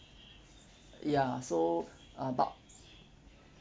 ya so uh but